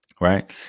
right